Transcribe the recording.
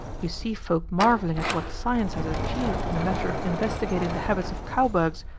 you see folk marvelling at what science has achieved in the matter of investigating the habits of cowbugs,